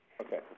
Okay